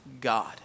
God